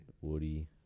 woody